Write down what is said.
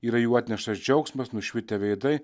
yra jų atneštas džiaugsmas nušvitę veidai